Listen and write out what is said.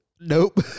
Nope